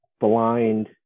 blind